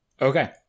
Okay